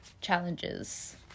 challenges